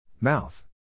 Mouth